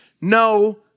no